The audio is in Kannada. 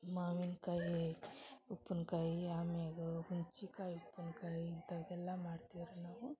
ಮಾವಿನ ಕಾಯಿ ಉಪ್ಪುನ ಕಾಯಿ ಅಮ್ಯಾಗ ಹುಣ್ಚಿ ಕಾಯಿ ಉಪ್ಪುನ ಕಾಯಿ ಇಂಥವೆಲ್ಲ ಮಾಡ್ತಿವೆ ರೀ ನಾವು